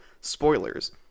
spoilers